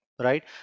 right